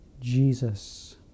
Jesus